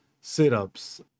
sit-ups